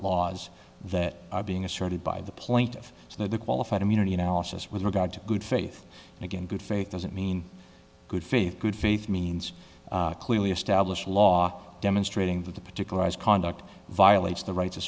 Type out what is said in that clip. laws that are being asserted by the plaintiff so the qualified immunity analysis with regard to good faith and again good faith doesn't mean good faith good faith means clearly established law demonstrating that the particularized conduct violates the right